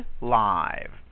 live